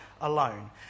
alone